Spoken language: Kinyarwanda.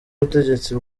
ubutegetsi